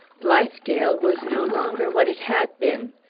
blithedale was no longer what it had been.